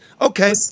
Okay